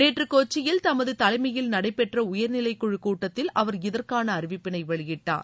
நேற்று கொச்சியில் தமது தலைமையில் நடைபெற்ற உயர்நிலைக்குழு கூட்டத்தில் அவர் இதற்கான அறிவிப்பினை வெளியிட்டார்